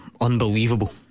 Unbelievable